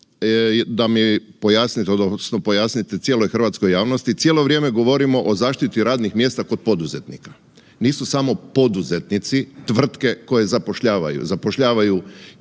da mi pojasnite odnosno pojasnite cijeloj hrvatskoj javnosti, cijelo vrijeme govorimo o zaštiti radnih mjesta kod poduzetnika. Nisu samo poduzetnici tvrtke koje zapošljavaju, zapošljavaju